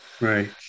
right